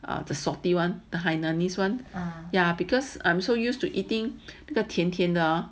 err the salty [one] the hainanese [one] ah yeah because I'm so used to eating 那个甜甜的